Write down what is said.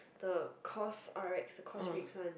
the Cosrx Cosrx one